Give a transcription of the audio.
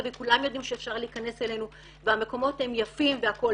וכולם יודעים שאפשר להיכנס אלינו והמקומות הם יפים והכל.